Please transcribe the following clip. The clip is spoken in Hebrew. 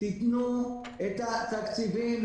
תנו את התקציבים.